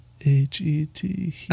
H-E-T